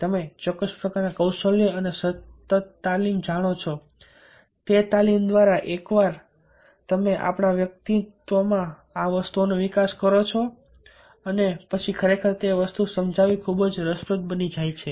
તમે ચોક્કસ પ્રકારના કૌશલ્યો અને સતત તાલીમ જાણો છો તે તાલીમ દ્વારા એકવાર તમે આપણા વ્યક્તિત્વમાં આ વસ્તુઓનો વિકાસ કરો છો પછી ખરેખર તે વસ્તુ સમજાવવી ખૂબ જ રસપ્રદ બની જાય છે